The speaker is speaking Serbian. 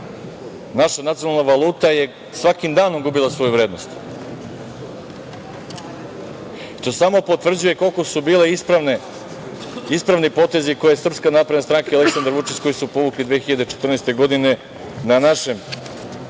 Naša nacionalna valuta je svakim danom gubila svoju vrednost. To samo potvrđuje koliko su bili ispravni potezi koje su SNS i Aleksndar Vučić povukli 2014. godine na našem